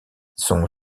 son